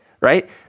right